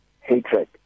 hatred